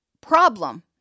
problem